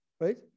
right